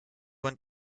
went